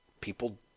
people